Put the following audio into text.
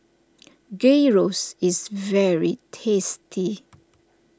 Gyros is very tasty